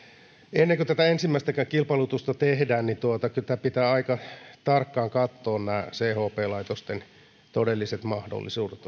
ennen kuin tätä ensimmäistäkään kilpailutusta tehdään niin kyllä pitää aika tarkkaan katsoa nämä chp laitosten todelliset mahdollisuudet